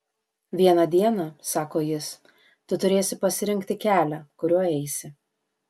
vieną dieną sako jis tu turėsi pasirinkti kelią kuriuo eisi